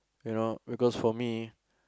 you know because for me